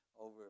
over